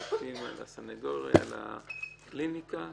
לסנגוריה, לקליניקה.